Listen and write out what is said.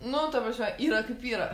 nu ta prasme yra kaip yra